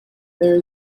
there